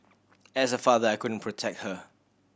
as a father I couldn't protect her